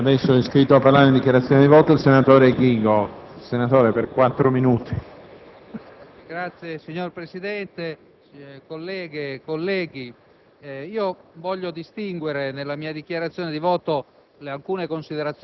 La diseguaglianza nella distribuzione del reddito e della ricchezza, purtroppo è ancora enorme. Riteniamo quindi giusto e indispensabile che le risorse siano utilizzate per ridurre quella diseguaglianza, per migliorare le condizioni di vita delle fasce più deboli.